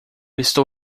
estou